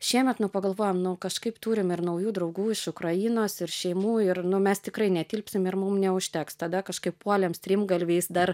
šiemet nu pagalvojom nu kažkaip turim ir naujų draugų iš ukrainos ir šeimų ir nu mes tikrai netilpsim ir mum neužteks tada kažkaip puolėm strimgalviais dar